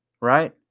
right